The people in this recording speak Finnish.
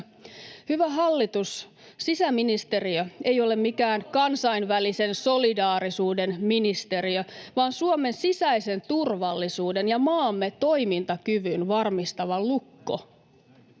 Hyvä hallitus! Sisäministeriö ei ole mikään kansainvälisen solidaarisuuden ministeriö, vaan Suomen sisäisen turvallisuuden ja maamme toimintakyvyn varmistava lukko.